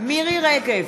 מירי רגב,